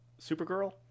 Supergirl